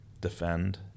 defend